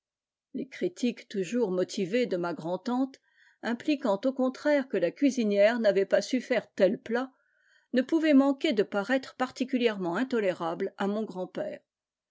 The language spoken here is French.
les critiques toujours ictivées de ma grand'tante impliquant au contraire ue la cuisinière n'avait pas su faire tel plat ne ouvaient manquer de paraître particulièrement ttolérables à mon grand-père